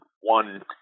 one